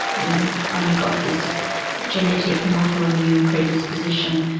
we've only got this genetic and autoimmune predisposition.